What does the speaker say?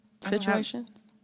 situations